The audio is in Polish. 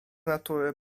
natury